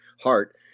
heart